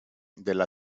della